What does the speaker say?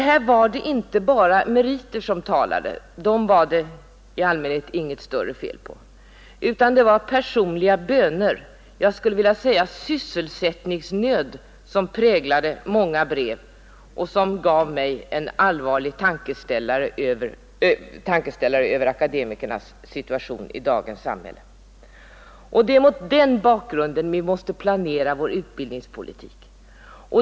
Här var det inte bara meriter som talade — dem var det i allmänhet inget större fel på — utan det var personliga böner, jag skulle vilja säga sysselsättningsnöd, som präglade många brev och som gav mig en allvarlig tankeställare över akademikernas situation i dagens samhälle. Det är mot den bakgrunden vi måste planera vår utbildningspolitik.